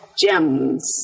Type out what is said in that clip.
gems